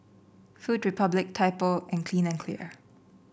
Food Republic Typo and Clean and Clear